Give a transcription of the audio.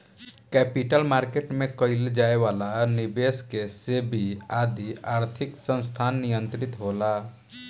capital market में कईल जाए वाला निबेस के सेबी आदि आर्थिक संस्थान नियंत्रित होला